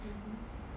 mmhmm